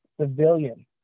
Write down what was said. civilians